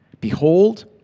Behold